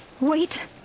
Wait